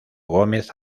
gómez